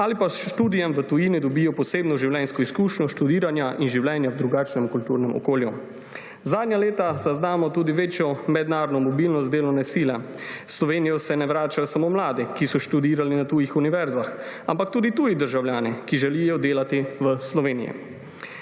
ali pa s študijem v tujini dobijo posebno življenjsko izkušnjo študiranja in življenja v drugačnem kulturnem okolju. Zadnja leta zaznamo tudi večjo mednarodno mobilnost delovne sile. V Slovenijo se ne vračajo samo mladi, ki so študirali na tujih univerzah, ampak tudi tuji državljani, ki želijo delati v Sloveniji.